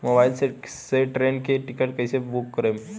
Mobile से train के ticket कैसे बूक करेम?